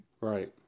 Right